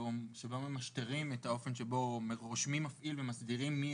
שבו ממשטרים את האופן שבו רושמים מפעיל ומסדירים מי